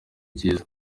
byiza